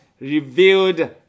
revealed